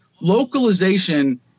Localization